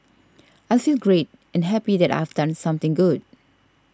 I feel great and happy that I've done something good